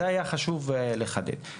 היה חשוב לחדד את זה.